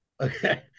Okay